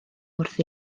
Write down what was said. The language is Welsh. wrth